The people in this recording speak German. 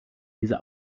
diese